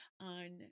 on